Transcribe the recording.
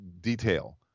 detail